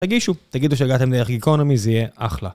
תגישו, תגידו שהגעתם דרך אקונומי, זה יהיה אחלה.